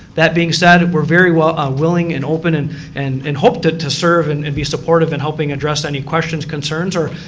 that being said we're very ah willing and open and and and hope to to serve and and be supportive in helping address any questions, concerns or,